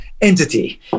entity